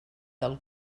del